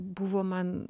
buvo man